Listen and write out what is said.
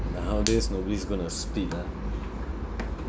nowadays nobody's going to spit ah